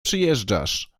przyjeżdżasz